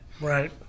Right